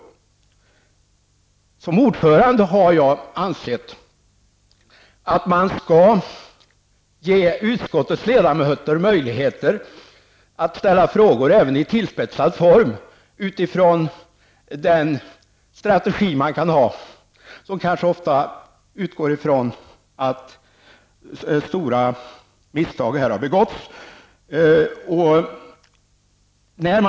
Jag har som ordförande ansett att man skall ge utskottets ledamöter möjligheter att ställa frågor även i tillspetsad form utifrån den strategi som vederbörande kan ha och som ofta kan utgå från att stora misstag har begåtts.